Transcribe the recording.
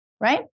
Right